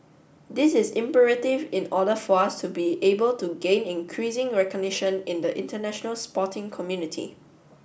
this is imperative in order for us to be able to gain increasing recognition in the international sporting community